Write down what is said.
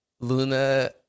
luna